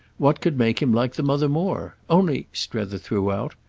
what could make him like the mother more? only, strether threw out,